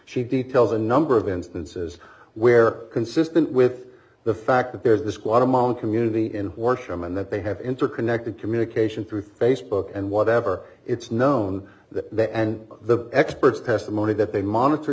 details a number of instances where consistent with the fact that there's this guatemalan community in horsham and that they have interconnected communication through facebook and whatever it's known that the experts testimony that they monitor